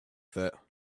that